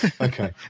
Okay